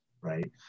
right